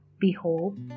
Behold